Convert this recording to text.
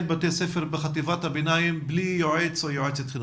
בתי ספר בחטיבת הביניים הם בלי יועץ או יועצת חינוכית.